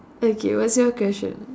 okay what's your question